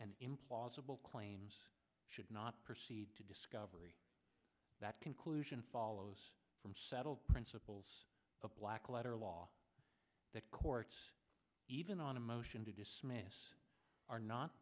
and implausible claims should not proceed to discovery that conclusion follows from settled principles of black letter law that courts even on a motion to dismiss are not